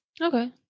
Okay